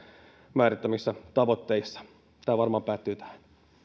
määritellyissä tavoitteissa tämä varmaan päättyy tähän